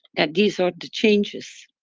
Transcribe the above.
that these are the changes,